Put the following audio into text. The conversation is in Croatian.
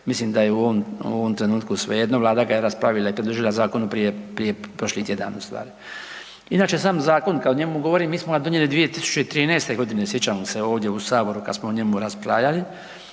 mislim da je u ovom trenutku sve jedno. Vlada ga je raspravila i predložila zakon prošli tjedan ustvari. Inače sam zakon kada o njemu govorim, mi smo ga donijeli 2013. godine sjećamo se ovdje u Saboru kada smo o njemu raspravljali